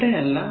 ഇവിടെ അല്ല